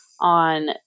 on